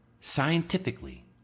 scientifically